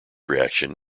reaction